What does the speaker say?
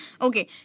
Okay